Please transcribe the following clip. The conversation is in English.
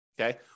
okay